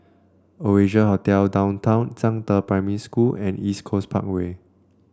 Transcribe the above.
Oasia Hotel Downtown Zhangde Primary School and East Coast Parkway